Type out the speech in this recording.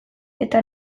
eta